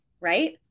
right